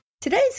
Today's